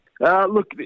Look